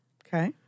okay